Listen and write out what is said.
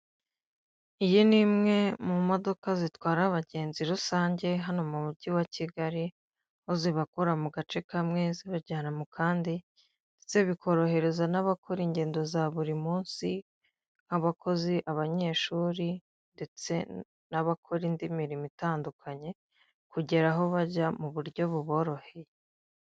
Iyi ni imwe mu modoka zitwara abagenzi rusange hano mu mugi wa Kigali, aho zibakura mu gace kamwe zibajyana mu kandi, ndetse bikorohereza n'abakora ingendo za buri munsi; nk'abakozi, abanyeshuri, ndetse n'abakora indi mirimo itandukanye, kugera aho bajya mu buryo buboroheye.